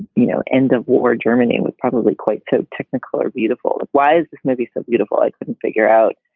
you know, end of war germany with probably quite two technicolour. beautiful. why is this movie so beautiful? i couldn't figure out.